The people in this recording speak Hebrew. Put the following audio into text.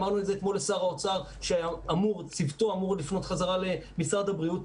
אמרנו את זה אתמול לשר האוצר שצוותו אמור לפנות חזרה למשרד הבריאות,